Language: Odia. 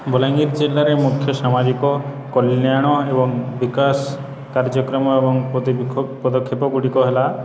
ବଲାଙ୍ଗୀର ଜିଲ୍ଲାରେ ମୁଖ୍ୟ ସାମାଜିକ କଲ୍ୟାଣ ଏବଂ ବିକାଶ କାର୍ଯ୍ୟକ୍ରମ ଏବଂ ପଦକ୍ଷପ ପଦକ୍ଷେପ ଗୁଡ଼ିକ ହେଲା